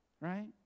right